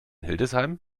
hildesheim